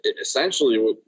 essentially